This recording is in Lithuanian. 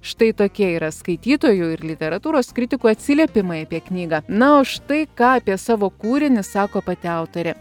štai tokie yra skaitytojų ir literatūros kritikų atsiliepimai apie knygą na o štai ką apie savo kūrinį sako pati autorė